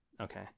Okay